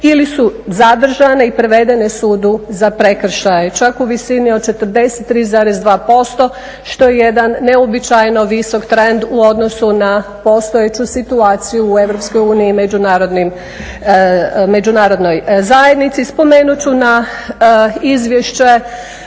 ili su zadržane i privedene sudu za prekršaje čak u visini od 43,2% što je jedan neuobičajeno visok trend u odnosu na postojeću situaciju u Europskoj uniji i međunarodnoj zajednici. Spomenut ću na izvješće